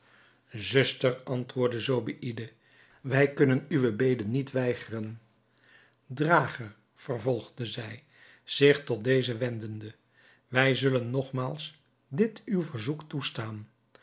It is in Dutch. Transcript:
zuster antwoordde zobeïde wij kunnen uwe bede niet weigeren drager vervolgde zij zich tot dezen wendende wij zullen nogmaals dit uw verzoek toestaan